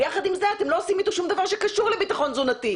ויחד עם זה אתם לא עושים איתו שום דבר שקשור לביטחון תזונתי.